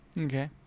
Okay